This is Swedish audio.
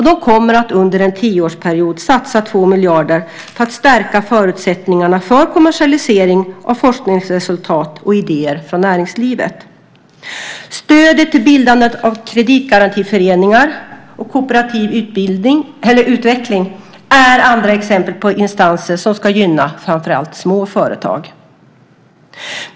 De kommer att under en tioårsperiod satsa 2 miljarder för att stärka förutsättningarna för kommersialisering av forskningsresultat och idéer från näringslivet. Stödet till bildandet av kreditgarantiföreningar och kooperativ utveckling är andra exempel på insatser som ska gynna framför allt småföretag.